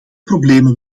problemen